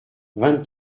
vingt